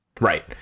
right